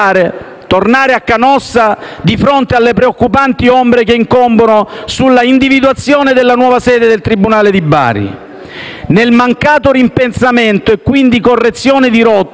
tornare a Canossa di fronte alle preoccupanti ombre che incombono sull'individuazione della nuova sede del tribunale di Bari. Nel mancato ripensamento e quindi correzione di rotta,